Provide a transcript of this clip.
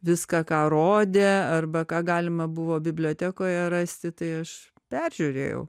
viską ką rodė arba ką galima buvo bibliotekoje rasti tai aš peržiūrėjau